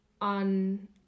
on